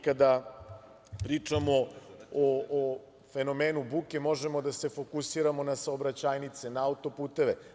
Kada pričamo o fenomenu buke možemo da se fokusiramo na saobraćajnice, na autoputeve.